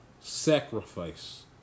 sacrifice